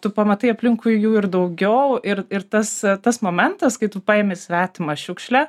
tu pamatai aplinkui jų ir daugiau ir ir tas tas momentas kai tu paimi svetimą šiukšlę